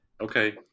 okay